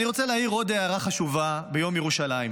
אני רוצה להעיר עוד הערה חשובה ביום ירושלים: